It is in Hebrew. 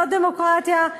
זאת דמוקרטיה?